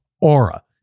Aura